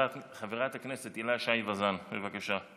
חברת הכנסת הילה שי וזאן, בבקשה.